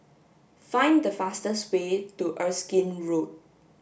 find the fastest way to Erskine Road